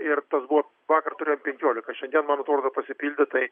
ir tas buvo vakar turėjom penkiolika šiandien man atrodo pasipildė tai